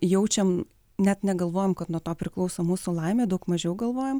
jaučiam net negalvojam kad nuo to priklauso mūsų laimė daug mažiau galvojam